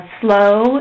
slow